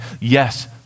Yes